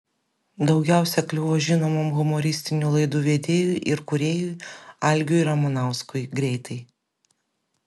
daugiausiai kliuvo žinomam humoristinių laidų vedėjui ir kūrėjui algiui ramanauskui greitai